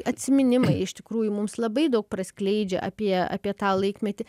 atsiminimai iš tikrųjų mums labai daug praskleidžia apie apie tą laikmetį